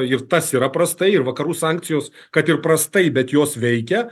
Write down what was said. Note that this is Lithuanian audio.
ir tas yra prastai ir vakarų sankcijos kad ir prastai bet jos veikia